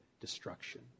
destruction